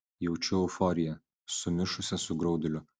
jaučiu euforiją sumišusią su grauduliu